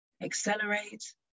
Accelerate